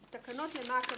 "תקנות" למה הכוונה,